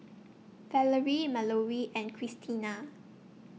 Valery Mallorie and Christena